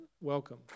welcome